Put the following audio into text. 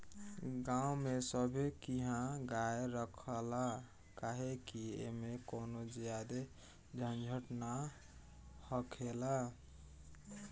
गांव में सभे किहा गाय रखाला काहे कि ऐमें कवनो ज्यादे झंझट ना हखेला